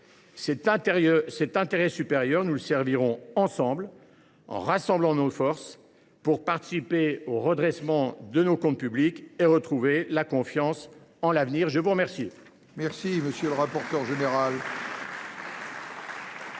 Cet intérêt supérieur, nous le servirons ensemble, en rassemblant nos forces, pour participer au redressement de nos comptes publics et retrouver la confiance en l’avenir. La parole